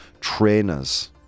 trainers